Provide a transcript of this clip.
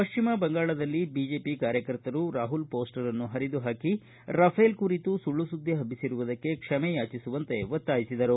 ಪಶ್ಚಿಮ ಬಂಗಾಳದಲ್ಲಿ ಬಿಜೆಪಿ ಕಾರ್ಯಕರ್ತರು ರಾಹುಲ್ ಪೋಸ್ಟರ್ ಅನ್ನು ಪರಿದು ಹಾಕಿ ರಫೇಲ್ ಕುರಿತು ಸುಳ್ಳು ಸುದ್ದಿ ಹಬ್ಬಿಸಿರುವುದಕ್ಕೆ ಕ್ಷಮೆಯಾಚಿಸುವಂತೆ ಒತ್ತಾಯಿಸಿದರು